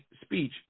speech